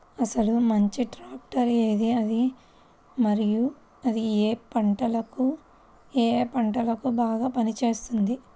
అసలు మంచి ట్రాక్టర్ ఏది మరియు అది ఏ ఏ పంటలకు బాగా పని చేస్తుంది?